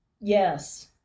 yes